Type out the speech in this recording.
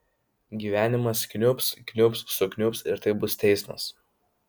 gyvenimas kniubs kniubs sukniubs ir tai bus teismas